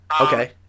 Okay